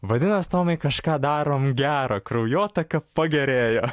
vadinas tomai kažką darom gera kraujotaka pagerėjo